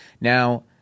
Now